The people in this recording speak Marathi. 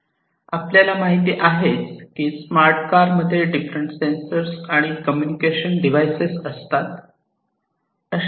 आपल्याला माहित आहेच की स्मार्ट कार मध्ये डिफरंट सेंसर आणि कम्युनिकेशन डिव्हाइसेस असतात